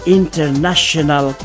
international